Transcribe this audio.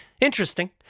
interesting